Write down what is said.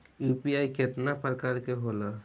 UPI केतना प्रकार के होला?